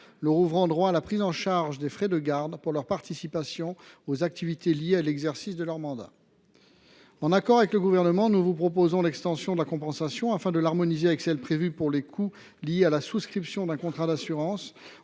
leur ouvrant droit à la prise en charge des frais de garde pour leur participation aux activités liées à l’exercice de leur mandat. En accord avec le Gouvernement, nous proposons d’étendre cette compensation afin de l’harmoniser avec celle qui est prévue pour les coûts liés à la souscription d’un contrat d’assurance,